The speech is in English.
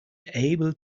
able